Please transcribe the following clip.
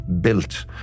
built